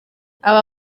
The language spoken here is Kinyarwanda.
aba